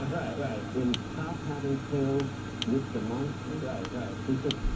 right, right. in top hat and tails with the monster? right, right. he said,